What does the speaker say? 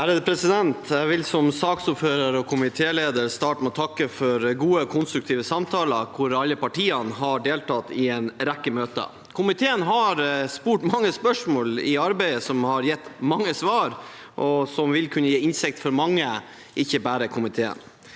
for saken): Jeg vil som saksordfører og komitéleder starte med å takke for gode og konstruktive samtaler, hvor alle partiene har deltatt i en rekke møter. Komiteen har stilt mange spørsmål i arbeidet, som har gitt mange svar, og som vil kunne gi innsikt for mange, ikke bare komiteen.